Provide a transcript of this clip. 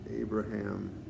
Abraham